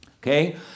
Okay